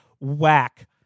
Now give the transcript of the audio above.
whack